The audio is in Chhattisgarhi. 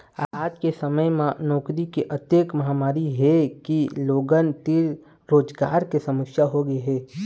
आज के समे म नउकरी के अतेक मारामारी हे के लोगन तीर रोजगार के समस्या होगे हे